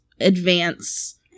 advance